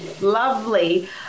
Lovely